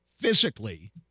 Physically